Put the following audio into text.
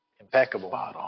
impeccable